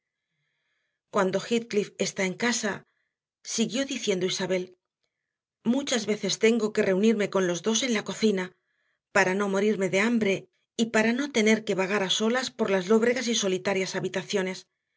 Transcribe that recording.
cuando heathcliff está en casa siguió diciendo isabel muchas veces tengo que reunirme con los dos en la cocina para no morirme de hambre y para no tener que vagar a solas por las lóbregas y solitarias habitaciones